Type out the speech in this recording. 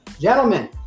Gentlemen